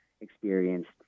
experienced